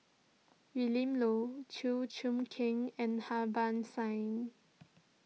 Willin Low Chew Choo Keng and Harbans Singh